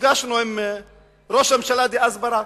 נפגשנו עם ראש הממשלה דאז, ברק.